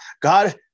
God